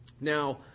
Now